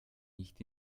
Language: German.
nicht